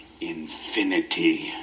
Infinity